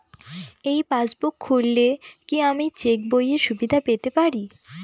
এই পাসবুক খুললে কি আমি চেকবইয়ের সুবিধা পেতে পারি?